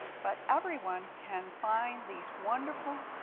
but everyone can find these wonderful,